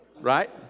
right